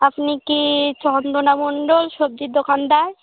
আপনি কি চন্দনা মণ্ডল সবজির দোকানদার